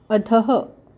अधः